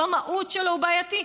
במהות שלו הוא בעייתי.